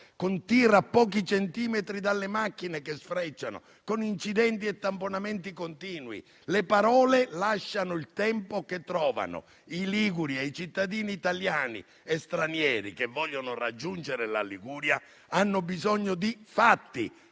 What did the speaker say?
sfrecciano a pochi centimetri dalle macchine, con incidenti e tamponamenti continui. Le parole lasciano il tempo che trovano. I liguri e i cittadini italiani e stranieri che vogliono raggiungere la Liguria hanno bisogno di fatti,